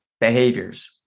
behaviors